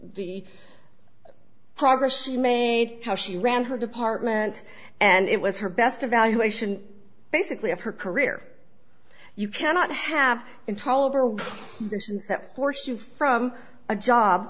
progress she made how she ran her department and it was her best evaluation basically of her career you cannot have control over that force you from a job